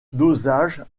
dosage